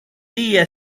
día